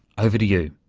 over to you.